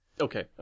okay